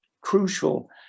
crucial